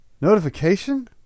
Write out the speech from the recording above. Notification